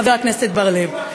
חבר הכנסת בר-לב.